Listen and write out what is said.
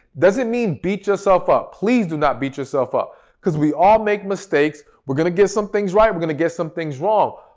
doesn't mean beat yourself up. please do not beat yourself up because we all make mistakes, we're going to get some things right, we're going to get some things wrong.